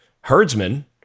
herdsman